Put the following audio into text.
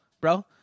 bro